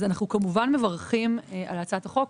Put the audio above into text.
אז אנחנו כמובן מברכים על הצעת החוק.